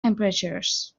temperatures